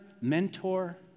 mentor